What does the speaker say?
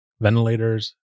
ventilators